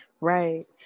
Right